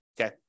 okay